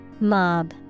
Mob